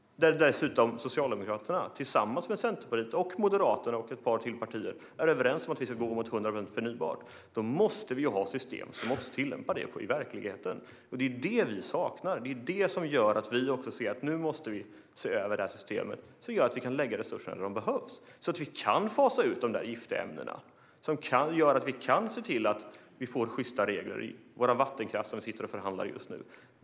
När Socialdemokraterna dessutom är överens med Centerpartiet, Moderaterna och ett par partier till om att vi ska gå mot 100 procent förnybart måste vi ju ha system där vi tillämpar det i verkligheten. Det är det vi saknar; det är det som gör att vi ser att vi måste se över det här systemet så att vi kan lägga resurserna där de behövs, så att vi kan fasa ut de giftiga ämnena, så att vi kan se till att få sjysta regler för vår vattenkraft som vi förhandlar om just nu.